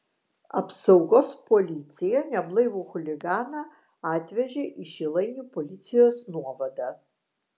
apsaugos policija neblaivų chuliganą atvežė į šilainių policijos nuovadą